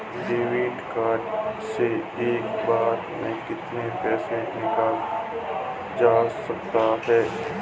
Debit card से एक बार में कितना पैसा निकाला जा सकता है?